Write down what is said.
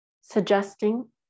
suggesting